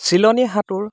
চিলনী সাঁতোৰ